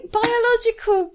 biological